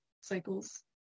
cycles